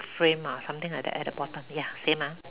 frame ah something like that at the bottom ya same ah